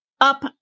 up